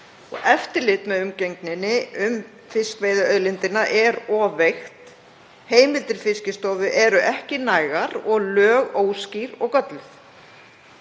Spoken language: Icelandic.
eftirlit með umgengni um fiskveiðiauðlindina er of veikt. Heimildir Fiskistofu eru ekki nægar og lög óskýr og gölluð.